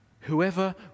Whoever